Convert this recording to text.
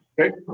Okay